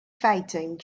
fighting